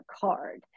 card